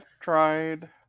tried